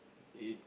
it